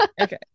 okay